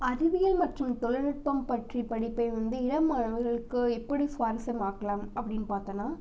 அறிவியல் மற்றும் தொழில்நுட்பம் பற்றி படிப்பை வந்து இளம் மாணவர்களுக்கு எப்படி சுவாரஸ்யம் ஆக்கலாம் அப்படினு பார்த்தனா